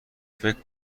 فکر